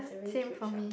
same for me